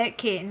che